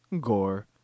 gore